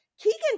Keegan